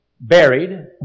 buried